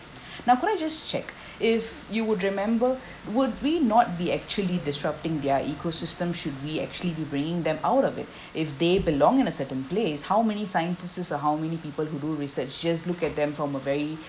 now could I just check if you would remember would we not be actually disrupting their ecosystem should we actually be bringing them out of it if they belong in a certain place how many scientists or how many people who do research just look at them from a very